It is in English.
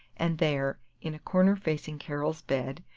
and there, in a corner facing carol's bed,